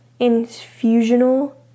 infusional